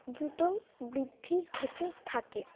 দ্রুত বৃদ্ধি হতে থাকে